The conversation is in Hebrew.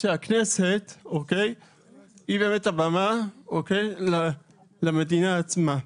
שהכנסת היא באמת הבמה למדינה עצמה.